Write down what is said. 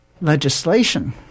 legislation